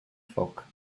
foc